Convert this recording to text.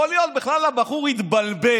יכול להיות שהבחור בכלל התבלבל